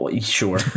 sure